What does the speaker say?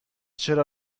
چرا